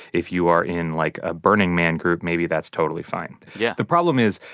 if you are in, like, a burning man group, maybe that's totally fine yeah the problem is,